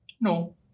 No